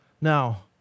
Now